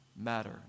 Matter